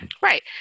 Right